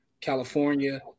california